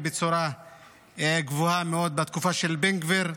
בצורה רבה מאוד בתקופה של בן גביר.